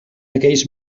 aquells